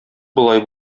болай